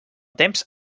temps